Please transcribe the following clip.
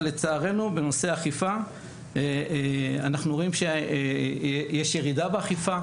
אבל לצערנו בנושא אכיפה אנחנו רואים שיש ירידה באכיפה.